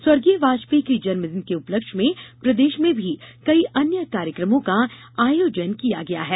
स्वर्गीय वाजपेयी के जन्मदिन के उपलक्ष्य में प्रदेश में भी कई अन्य कार्यक्रमों का आयोजन किया गया है